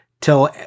till